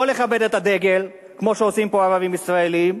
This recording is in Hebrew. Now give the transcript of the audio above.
לא לכבד את הדגל, כמו שעושים פה ערבים ישראלים,